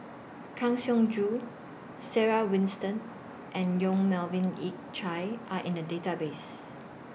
Kang Siong Joo Sarah Winstedt and Yong Melvin Yik Chye Are in The Database